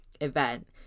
event